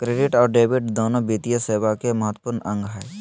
credit और debit दोनो वित्तीय सेवा के महत्त्वपूर्ण अंग हय